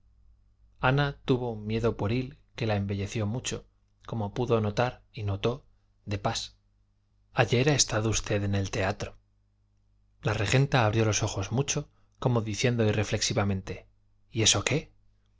ana tuvo un miedo pueril que la embelleció mucho como pudo notar y notó de pas ayer ha estado usted en el teatro la regenta abrió los ojos mucho como diciendo irreflexivamente y eso qué